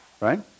Right